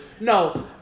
No